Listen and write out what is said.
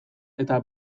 eta